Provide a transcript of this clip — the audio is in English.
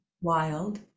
wild